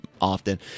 often